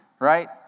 Right